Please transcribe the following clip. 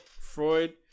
Freud